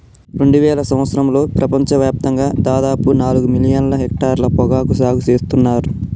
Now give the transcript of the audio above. రెండువేల సంవత్సరంలో ప్రపంచ వ్యాప్తంగా దాదాపు నాలుగు మిలియన్ల హెక్టర్ల పొగాకు సాగు సేత్తున్నర్